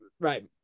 right